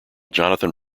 jonathan